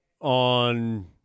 on